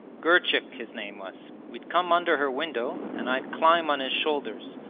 girchik his name was. we'd come under her window and i'd climb on his shoulders,